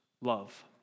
love